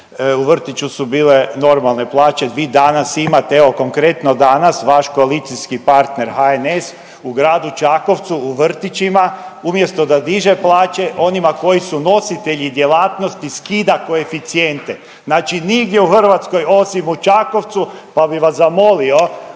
u vrtiću su bile normalne plaće. Vi danas imate evo konkretno danas vaš koalicijski partner HNS u gradu Čakovcu u vrtićima umjesto da diže plaće onima koji su nositelji djelatnosti skida koeficijente. Znači nigdje u Hrvatskoj osim u Čakovcu pa bi vas zamolio